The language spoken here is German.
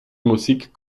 musik